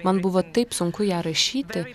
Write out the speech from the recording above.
man buvo taip sunku ją rašyti